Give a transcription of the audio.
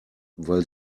weil